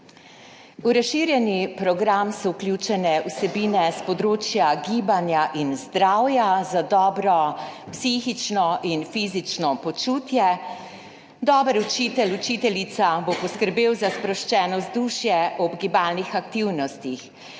V razširjeni program so vključene vsebine s področja gibanja in zdravja za dobro psihično in fizično počutje. Dober učitelj, učiteljica bo poskrbela za sproščeno vzdušje ob gibalnih aktivnostih.